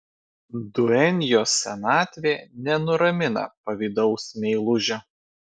duenjos senatvė nenuramina pavydaus meilužio